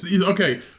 Okay